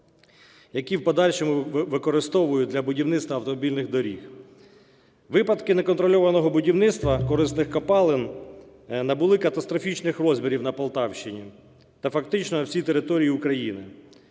які в подальшому використовують для будівництва автомобільних доріг. Випадки неконтрольованого будівництва корисних копалин набули катастрофічних розмірів на Полтавщині та фактично на всій території України.